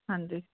ਹਾਂਜੀ